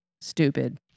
stupid